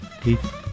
Keith